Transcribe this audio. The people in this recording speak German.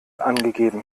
angegeben